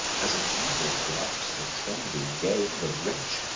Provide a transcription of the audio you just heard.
as an eagle gripes the trembling game, the wretch,